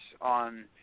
on